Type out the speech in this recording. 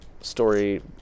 story